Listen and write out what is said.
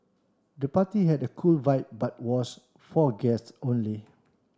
the party had a cool vibe but was for guests only